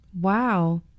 Wow